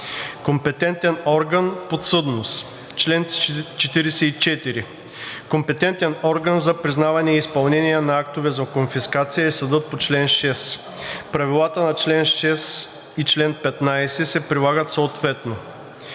Компетентен орган. Подсъдност Чл. 44. Компетентен орган за признаване и изпълнение на актове за конфискация е съдът по чл. 6. Правилата на чл. 6 и чл. 15 се прилагат съответно.